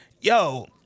yo